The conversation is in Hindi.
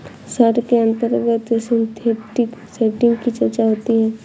शार्ट के अंतर्गत सिंथेटिक सेटिंग की चर्चा होती है